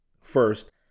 First